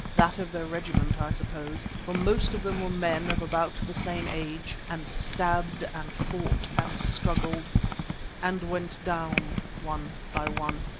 that of their regiment, i suppose, for most of them were men of about the same age, and stabbed and fought and struggled and went down one by one.